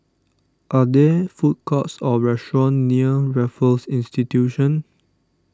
are there food courts or restaurants near Raffles Institution